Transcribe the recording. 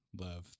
love